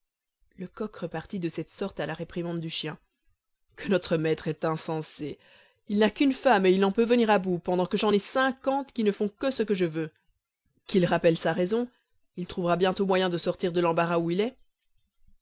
le coq repartit de cette sorte à la réprimande du chien que notre maître est insensé il n'a qu'une femme et il n'en peut venir à bout pendant que j'en ai cinquante qui ne font que ce que je veux qu'il rappelle sa raison il trouvera bientôt moyen de sortir de l'embarras où il est